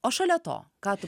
o šalia to ką tu